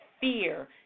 fear